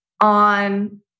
on